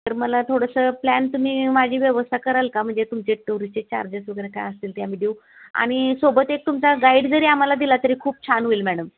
तर मला थोडसं प्लॅन तुम्ही माझी व्यवस्था कराल का म्हणजे तुमचे टुरिस्टचे चार्जेस वगैरे काय असतील ते आम्ही देऊ आणि सोबत एक तुमचा गाईड जरी आम्हाला दिला तरी खूप छान होईल मॅडम